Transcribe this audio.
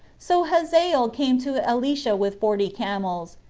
so hazael came to elisha with forty camels,